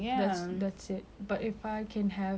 influence over at least a hundred people